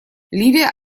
ливия